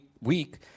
week